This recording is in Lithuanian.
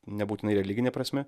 nebūtinai religine prasme